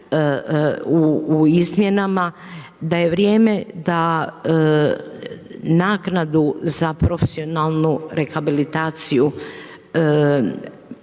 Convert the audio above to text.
u izmjenama, da je vrijeme da naknadu za profesionalnu rehabilitaciju